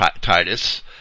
Titus